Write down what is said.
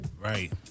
Right